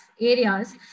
areas